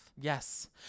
Yes